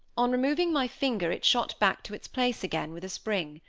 on removing my finger, it shot back to its place again, with a spring.